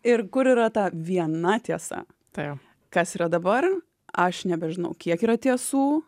ir kur yra ta viena tiesa tai kas yra dabar aš nebežinau kiek yra tiesų